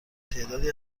تعدادی